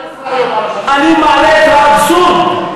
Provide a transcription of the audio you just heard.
אני מעלה את האבסורד.